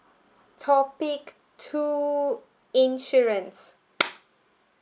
topic two insurance